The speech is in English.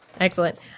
Excellent